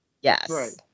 Yes